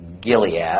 Gilead